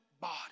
body